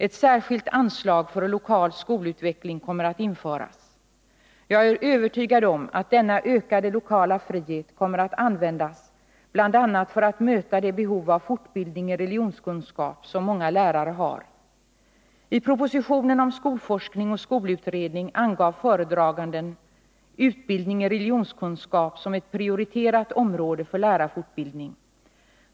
Ett särskilt anslag för lokal skolutveckling kommer att införas. Jag är övertygad om att denna ökade lokala frihet kommer att användas bl.a. för att möta det behov av fortbildning i religionskunskap som många lärare har. I propositionen om skolforskning och skolutredning angav föredraganden utbildning i religionskunskap som ett prioriterat område för lärarfortbildning.